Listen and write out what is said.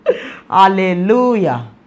Hallelujah